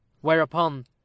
Whereupon